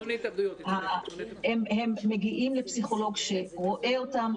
הם מגיעים לפסיכולוג שרואה אותם,